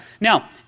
Now